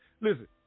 listen